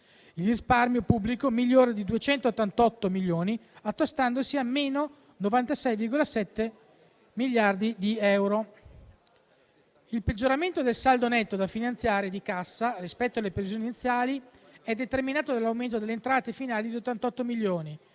Il risparmio pubblico migliora di 288 milioni, attestandosi a -96,7 miliardi di euro. Il peggioramento del saldo netto da finanziare di cassa rispetto alla previsione iniziale è determinato dall'aumento delle entrate finali di 88 milioni,